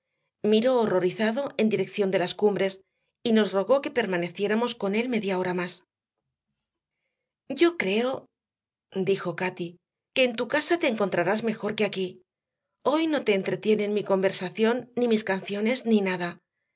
miró horrorizado en dirección de las cumbres y nos rogó que permaneciéramos con él media hora más yo creo dijo cati que en tu casa te encontrarás mejor que aquí hoy no te entretienen mi conversación ni mis canciones ni nada